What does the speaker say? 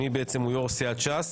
אי הבנה מי בעצם הוא יו"ר סיעת ש"ס.